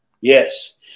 yes